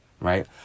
right